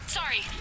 sorry